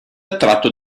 attratto